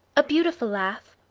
a beautiful laugh,